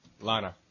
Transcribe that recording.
Lana